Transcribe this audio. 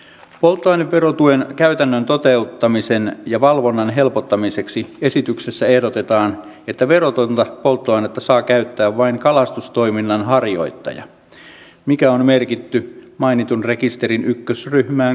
polttoaineverotuen käytännön toteuttamisen ja valvonnan helpottamiseksi esityksessä ehdotetaan että verotonta polttoainetta saa käyttää vain kalastustoiminnan harjoittaja mikä on merkitty mainitun rekisterin ryhmään i kuuluvaksi